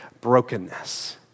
brokenness